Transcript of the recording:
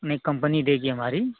अपनी कम्पनी देगी हमारी